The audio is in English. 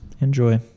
Enjoy